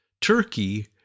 Turkey